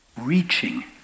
reaching